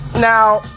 now